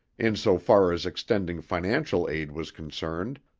in so far as extending financial aid was concerned,